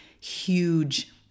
huge